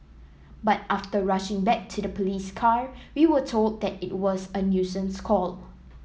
but after rushing back to the police car we were told that it was a nuisance call